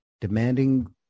Demanding